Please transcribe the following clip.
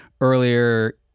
earlier